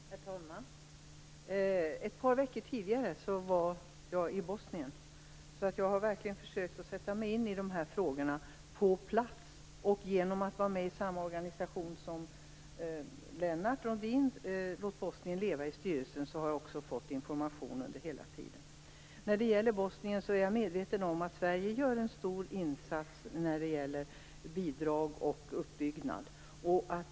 Herr talman! Ett par veckor tidigare var jag i Bosnien, och jag har verkligen försökt att sätta mig in i dessa frågor på plats. Genom att vara med i styrelsen för samma organisation som Lennart Rohdin, Låt Bosnien leva, har jag också fått information under hela tiden. Jag är medveten om att Sverige gör en stor insats för Bosnien i fråga om bidrag och uppbyggnad.